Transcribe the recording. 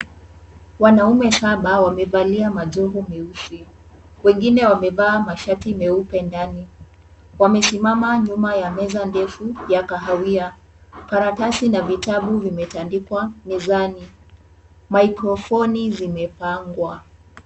Wanaume saba wamevalia majoho meusi. Wengine wamevaa mashati meupe ndani. Wamesimama nyuma ya meza ndefu ya kahawia. Karatasi na vitabu vimetandikwa mezani. Mikrofoni zimepangwa.